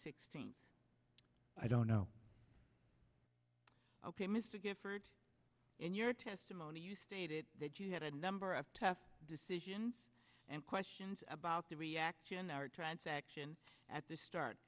sixteenth i don't know ok mr gifford in your testimony you stated that you had a number of tough decisions and questions about the reaction in our transaction at the start